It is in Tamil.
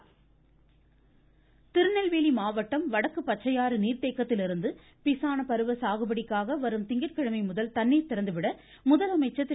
முதலமைச்சர் திருநெல்வேலி மாவட்டம் வடக்கு பச்சையாறு நீர்த்தேக்கத்திலிருந்து பிசான பருவ சாகுபடிக்காக வரும் திங்கட்கிழமை முதல் தண்ணீர் திறந்துவிட முதலமைச்சர் திரு